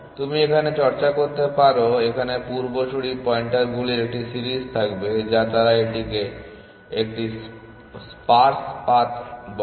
তুমি এখানে চর্চা করতে পারো এখানে পূর্বসূরি পয়েন্টারগুলির একটি সিরিজ থাকবে যা তারা এটিকে একটি স্পার্স পাথ বলে